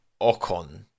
Ocon